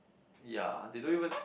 ya they don't even